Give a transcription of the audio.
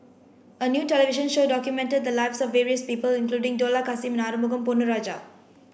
a new television show documented the lives of various people including Dollah Kassim and Arumugam Ponnu Rajah